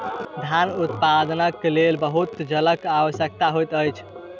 धान उत्पादनक लेल बहुत जलक आवश्यकता होइत अछि